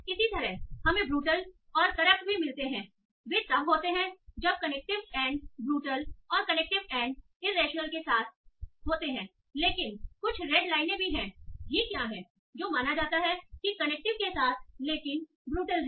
इसी तरह हमें ब्रूटल और करप्ट भी मिलते हैं वे तब होते हैं जब कनेक्टिव एंड ब्रूटल और कनेक्टिव एंड इरेशनल के साथ होते हैं लेकिन कुछ रेड लाइनें भी हैं ये क्या हैं जो माना जाता है कि कनेक्टिव के साथ हैं लेकिन ब्रूटल है